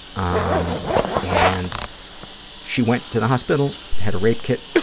um and she went to the hospital, had a rape kit